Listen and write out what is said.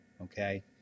Okay